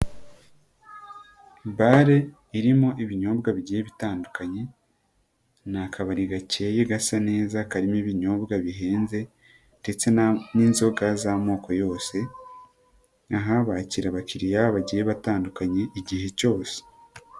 Bare irimo ibinyobwa bigiye bitandukanye, ni akabari gakeye gasa neza karimo ibinyobwa bihenze ndetse n'inzoka z'amoko yose, aha bakira abakiriya bagiye batandukanye, igihe cyose.